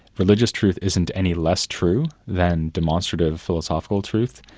religious truth isn't any less true than demonstrative philosophical truth,